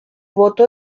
voto